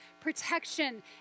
protection